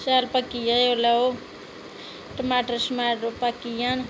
जेल्लै शैल पक्की गेआ ओह् जेल्लै टोमैटो शैल पक्की गेआ